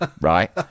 right